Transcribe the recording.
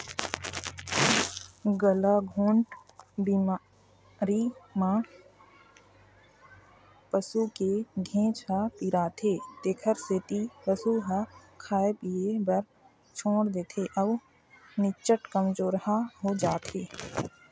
गलाघोंट बेमारी म पसू के घेंच ह पिराथे तेखर सेती पशु ह खाए पिए बर छोड़ देथे अउ निच्चट कमजोरहा हो जाथे